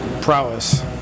prowess